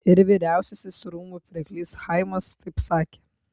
ir vyriausiasis rūmų pirklys chaimas taip sakė